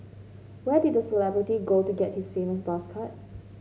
where did the celebrity go to get his famous buzz cut